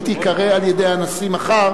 היא תיקרא על-ידי הנשיא מחר,